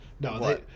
No